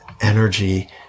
energy